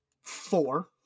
Four